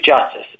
Justice